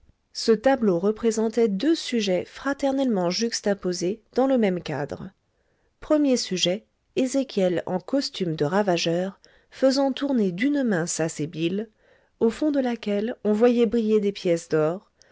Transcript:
ce tableau représentait deux sujets fraternellement juxtaposés dans le même cadre premier sujet ezéchiel en costume de ravageur faisant tourner d'une main sa sébile au fond de laquelle on voyait briller des pièces d'or